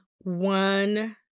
one